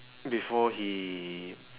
before he